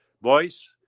boys